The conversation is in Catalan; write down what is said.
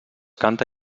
canta